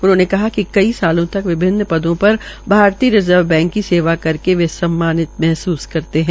उन्होंने कहा कि कई सालों तक विभिन्न पदों पर भारतीय रिज़र्व बैंक की सेवा करके वे सम्मानित महसूस करते है